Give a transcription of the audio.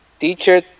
teacher